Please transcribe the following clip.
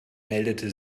meldete